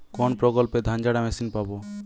কোনপ্রকল্পে ধানঝাড়া মেশিন পাব?